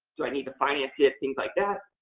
do i need to finance it? things like that.